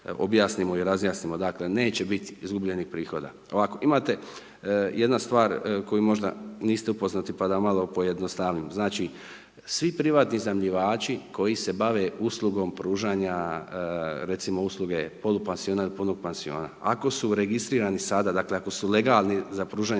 objasnimo i razjasnimo. Dakle, neće biti izgubljenih prihoda. Ovako imate jedna stvar koju možda niste upoznati pa da malo pojednostavnim. Znači, svi privatni iznajmljivači koji se bave uslugom pružanja recimo usluge polupansiona ili punog pansiona ako su registrirani sada dakle ako su legalni za pružanje